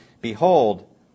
Behold